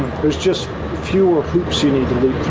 there's just fewer hoops you need to